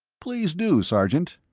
please do, sergeant.